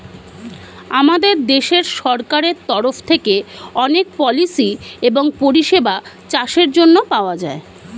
আমাদের দেশের সরকারের তরফ থেকে অনেক পলিসি এবং পরিষেবা চাষের জন্যে পাওয়া যায়